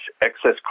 excess